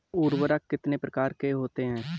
उर्वरक कितनी प्रकार के होते हैं?